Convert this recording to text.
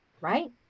right